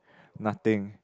nothing